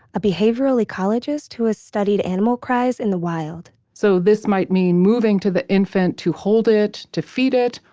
a behavioural ecologist who has studied animal cries in the wild so this might mean moving to the infant to hold it, to feed it,